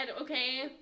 okay